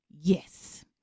yes